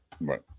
right